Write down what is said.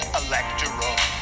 electoral